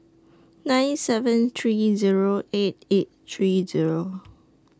nine seven three Zero eight eight three Zero